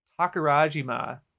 Takarajima